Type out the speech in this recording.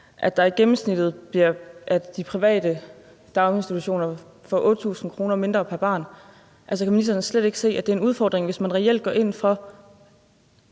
til spørgsmålet, om, at de private daginstitutioner i gennemsnit får 8.000 kr. mindre pr. barn. Kan ministeren slet ikke se, at det er en udfordring, hvis man reelt går ind for,